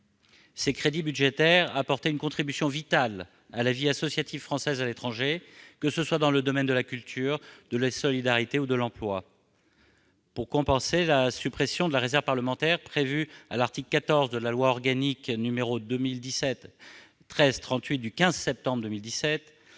Ces crédits budgétaires apportaient une contribution vitale à la vie associative française à l'étranger, que ce soit dans le domaine de la culture, de la solidarité ou de l'emploi. Pour compenser la suppression de la réserve parlementaire, prévue à l'article 14 de la loi organique n° 2017 1338 du 15 septembre 2017